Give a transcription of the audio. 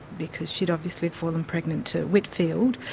because she'd obviously fallen pregnant to whitfield,